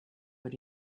what